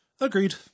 agreed